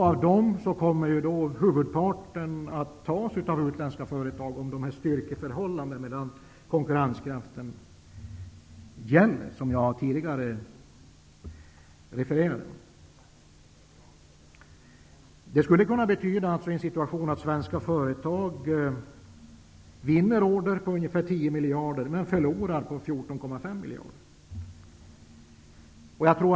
Av dessa miljarder kommer huvudparten att tas av utländska företag, om konkurrenskraften mellan de olika länderna är den som jag tidigare har talat om. Det skulle kunna betyda att svenska företag tar hem order på 10 miljarder kronor men att de förlorar order motsvarande 14,5 miljarder kronor.